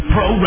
Pro